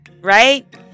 Right